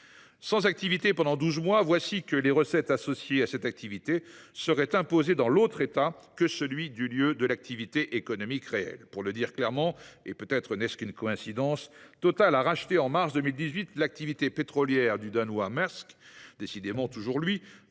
Sans activité pendant douze mois, les recettes associées à cette activité seraient imposées dans l’autre État que celui du lieu de l’activité économique. Pour le dire clairement – et peut être n’est ce qu’une coïncidence –, TotalEnergies a racheté en mars 2018 l’activité pétrolière du Danois Maersk – décidément, toujours lui